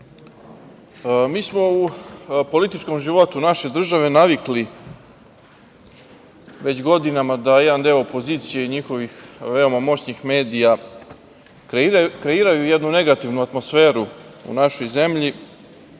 smo u političkom životu naše države navikli već godinama da jedan deo opozicije i njihovih veoma moćnih medija kreiraju jednu negativnu atmosferu u našoj zemlji